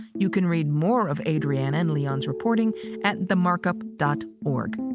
you can read more of adriana and leon's reporting at the mark-up dot org.